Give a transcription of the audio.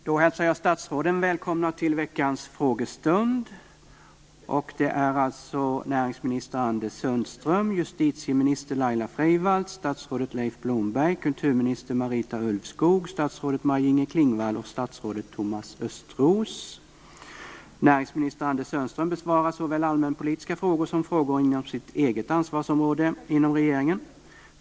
Jag hälsar statsråden välkomna till veckans frågestund. Det är näringsminister Anders Sundström, justitieminister Laila Freivalds, statsrådet Leif Blomberg, kulturminister Marita Ulvskog, statsrådet Maj Näringsminister Anders Sundström besvarar såväl allmänpolitiska frågor som frågor inom sitt eget ansvarsområde inom regeringen.